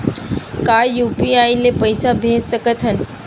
का यू.पी.आई ले पईसा भेज सकत हन?